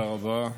תודה רבה.